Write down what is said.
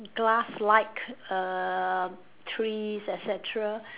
glass like err trees et cetera